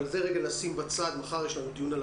את זה נשים בצד כי מחר יש לנו דיון.